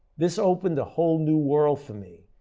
this opened a whole new world for me.